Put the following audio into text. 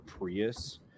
prius